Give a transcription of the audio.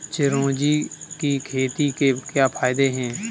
चिरौंजी की खेती के क्या फायदे हैं?